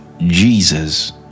Jesus